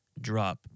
drop